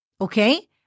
okay